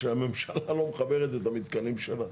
שהממשלה לא מחברת את המתקנים שלה.